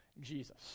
Jesus